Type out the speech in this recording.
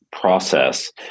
process